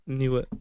nieuwe